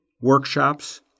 workshops